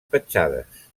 petjades